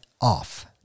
off